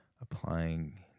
Applying